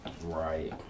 Right